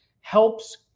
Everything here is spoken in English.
helps